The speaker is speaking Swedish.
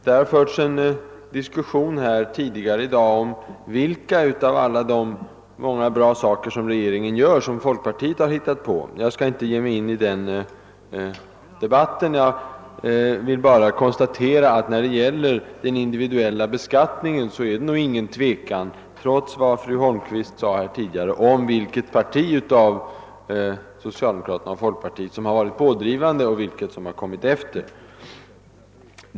Det har förts en diskussion här tidigare i dag om vilka av de många bra saker regeringen gör, som folkpartiet har hittat på. Jag skall inte ge mig in i den debatten. Jag vill bara konstatera att när det gäller den individuella beskattningen råder det inget tvivel om —- trots vad fru Holmqvist sade — vilket av de båda partierna som varit pådrivande och vilket som kommit efter.